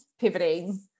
pivoting